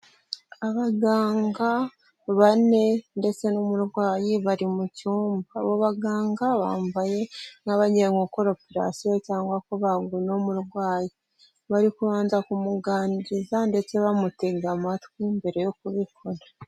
Abaganga bane ndetse n'umurwayi bari mu cyumba, abo baganga bambaye nk'abagiye gukora operasiyo cyangwa kubaga uno murwayi, bari kubanza kumuganiriza ndetse bamutega amatwi mbere yo kubikora.